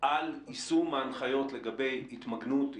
על יישום הנחיות לגבי התמגנות,